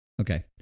Okay